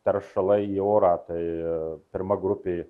teršalai į orą tai pirma grupė